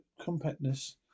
compactness